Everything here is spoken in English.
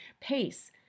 pace